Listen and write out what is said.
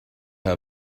her